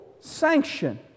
sanction